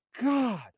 God